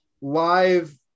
live